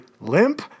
Limp